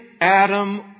Adam